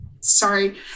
Sorry